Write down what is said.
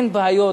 אין בעיות,